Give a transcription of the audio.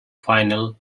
final